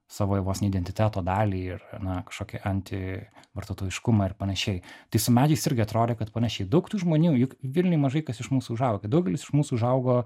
savo vos ne identiteto dalį ir na kažkokį anti vartotojiškumą ir panašiai tai su medžiais irgi atrodė kad panašiai daug tų žmonių juk vilniuj mažai kas iš mūsų užaugę daugelis iš mūsų užaugo